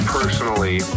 personally